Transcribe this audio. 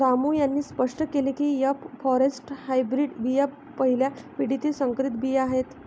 रामू यांनी स्पष्ट केले की एफ फॉरेस्ट हायब्रीड बिया पहिल्या पिढीतील संकरित बिया आहेत